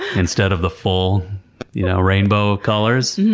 instead of the full you know rainbow colors.